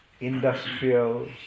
industrial